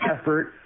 effort